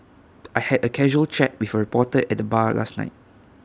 I had A casual chat with A reporter at the bar last night